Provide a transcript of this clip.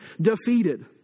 defeated